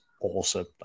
awesome